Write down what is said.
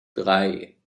drei